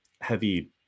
heavy